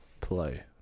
play